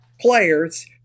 players